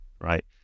right